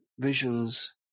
visions